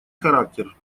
характер